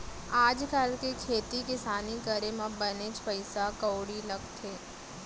आज काल के खेती किसानी करे म बनेच पइसा कउड़ी लगथे